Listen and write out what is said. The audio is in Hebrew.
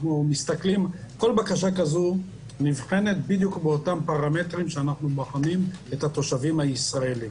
כל בקשה כזו נבחנת בדיוק באותם פרמטרים בהם נבחנים תושבים ישראלים.